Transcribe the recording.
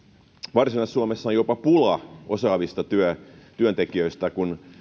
varsinais suomessa on jopa pula osaavista työntekijöistä kun